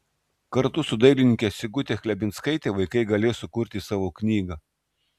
kartu su dailininke sigute chlebinskaite vaikai galės sukurti savo knygą